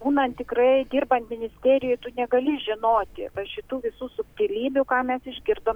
būnant tikrai dirbant ministerijoj tu negali žinoti va šitų visų subtilybių ką mes išgirdom